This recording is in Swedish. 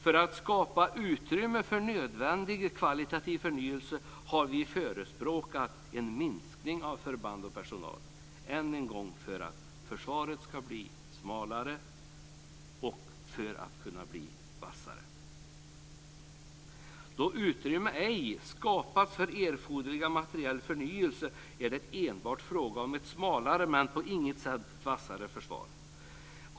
För att skapa utrymme för nödvändig kvalitativ förnyelse har vi förespråkat en minskning av förband och personal - än en gång för att försvaret ska bli smalare för att kunna bli vassare. Då utrymme ej skapats för erforderlig materiell förnyelse är det enbart fråga om ett smalare men på intet sätt vassare försvar.